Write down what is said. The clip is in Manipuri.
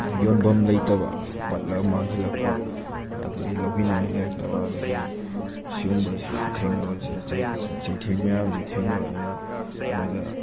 ꯌꯣꯟꯐꯝ ꯂꯩꯇꯕ ꯄꯠꯂꯒ ꯃꯥꯡꯁꯤꯜꯂꯛꯄ ꯑꯗꯒꯤ ꯂꯧꯕꯤꯅꯤꯡꯉꯥꯏ ꯂꯩꯔꯛꯇꯕ ꯑꯗꯒꯤ ꯁꯤꯒꯨꯝꯕꯁꯤ ꯊꯦꯡꯅꯕ ꯆꯩꯊꯦꯡ ꯃꯌꯥꯝꯁꯤ ꯊꯦꯡꯅꯕꯗꯨꯅ ꯃꯣꯏꯗ